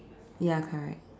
ya correct